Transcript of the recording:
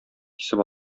кисеп